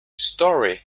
story